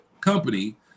company